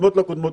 וקודמות לקודמות,